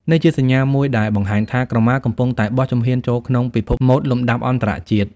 នេះជាសញ្ញាមួយដែលបង្ហាញថា ក្រមាកំពុងតែបោះជំហានចូលក្នុងពិភពម៉ូដលំដាប់អន្តរជាតិ។